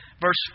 verse